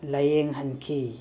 ꯂꯩꯌꯦꯡꯍꯟꯈꯤ